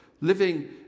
living